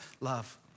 love